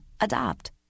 Adopt